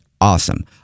Awesome